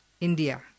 India